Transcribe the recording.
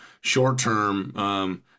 short-term